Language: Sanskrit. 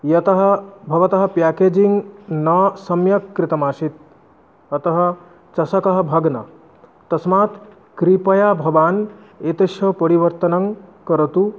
यतः भवतः प्याकेजिङ्ग् न सम्यक् कृतमासीत् अतः चषकः भग्न तस्मात् कृपया भवान् एतस्य परिवर्तनं करोतु